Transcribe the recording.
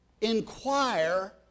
inquire